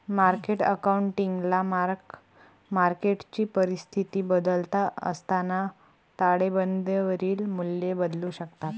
market अकाउंटिंगला mark मार्केटची परिस्थिती बदलत असताना ताळेबंदावरील मूल्ये बदलू शकतात